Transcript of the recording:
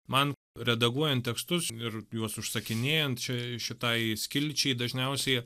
man redaguojant tekstus ir juos užsakinėjant čia šitai skilčiai dažniausiai